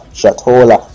Shatola